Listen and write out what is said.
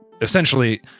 essentially